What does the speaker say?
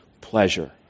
pleasure